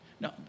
No